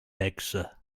hexe